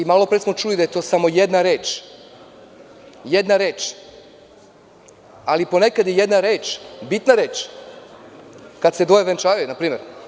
Malopre smo čuli da je to samo jedna reč, ali ponekad je jedna reč bitna reč, kad se dvoje venčavaju, na primer.